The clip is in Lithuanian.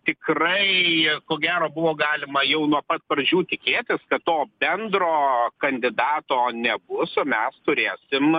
tikrai ko gero buvo galima jau nuo pat pradžių tikėtis kad to bendro kandidato nebus o mes turėsim